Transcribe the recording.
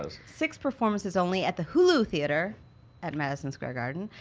six performances only at the hulu theater at madison square garden.